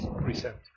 present